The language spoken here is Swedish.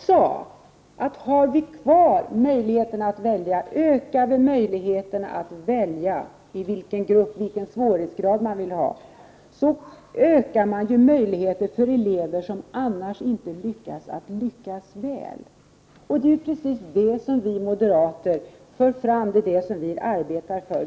Det jag sade var att om vi ökar möjligheten att välja grupp och svårighetsgrad, ökar vi möjligheterna att lyckas väl för de elever som det annars inte går bra för. Det är precis det som vi moderater för fram. Det är det vi arbetar för.